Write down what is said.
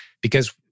because-